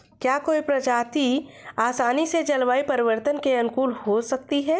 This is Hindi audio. क्या कोई प्रजाति आसानी से जलवायु परिवर्तन के अनुकूल हो सकती है?